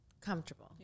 comfortable